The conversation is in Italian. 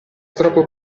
troppo